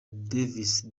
davis